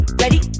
Ready